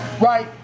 right